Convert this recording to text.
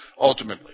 Ultimately